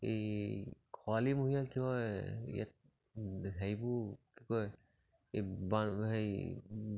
এই খৰালিমহীয়া কি হয় ইয়াত হেৰিবোৰ কি কয় এই হেৰি